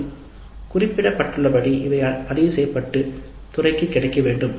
மேலும் குறிப்பிட்டுள்ளபடி இவை பதிவு செய்யப்பட்டு துறைக்கு கிடைக்க வேண்டும்